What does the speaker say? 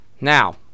Now